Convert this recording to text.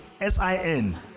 s-i-n